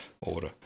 order